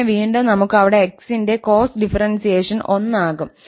പിന്നെ വീണ്ടും നമുക്ക് അവിടെ x ന്റെ കോസ് ഡിഫറെൻസിയേഷൻ 1 ആകും